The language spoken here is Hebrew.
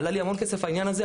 עלה לי המון כסף העניין הזה.